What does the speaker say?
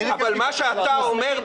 מה שאתה אומר,